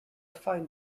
find